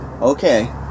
Okay